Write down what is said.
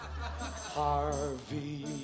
Harvey